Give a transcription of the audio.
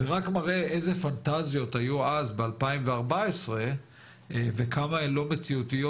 זה רק מראה איזה פנטזיות היו אז ב-2014 וכמה הן לא מציאותיות